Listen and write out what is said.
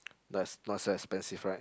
that's not so expensive right